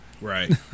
Right